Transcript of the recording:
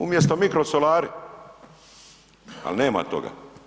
Umjesto mikrosolari, ali nema toga.